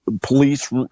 police